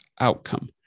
outcome